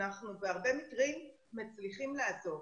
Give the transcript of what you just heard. בהרבה מקרים אנחנו מצליחים לעזור.